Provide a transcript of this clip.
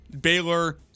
Baylor